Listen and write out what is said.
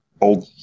old